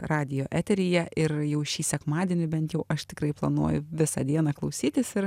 radijo eteryje ir jau šį sekmadienį bent jau aš tikrai planuoju visą dieną klausytis ir